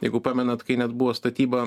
jeigu pamenat kai net buvo statyba